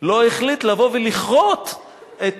לא החליט לבוא ולכרות את